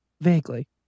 Vaguely